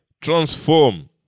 transform